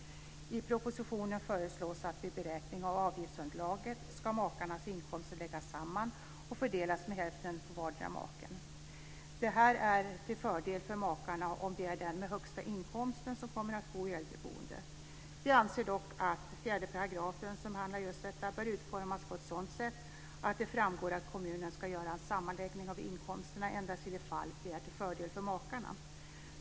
I propositionen föreslås att vid beräkning av avgiftsunderlaget ska makarnas inkomster läggas samman och fördelas med hälften på vardera maken. Det är till fördel för makarna om det är den med högsta inkomsten som kommer att bo i äldreboendet. Vi anser dock att 4 § som handlar om just detta bör utformas på ett sådant sätt att det framgår att kommunerna ska göra en sammanläggning av inkomsterna endast i de fall det är till fördel för makarna.